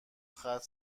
ختم